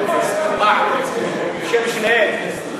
או בשם, בשם שניהם.